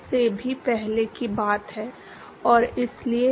तो यह एक रैखिक समीकरण नहीं है और हमेशा आप विश्लेषणात्मक समाधान नहीं खोज पाएंगे